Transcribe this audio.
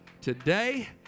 today